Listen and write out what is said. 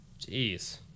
Jeez